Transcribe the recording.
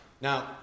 Now